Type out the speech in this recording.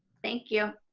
thank you.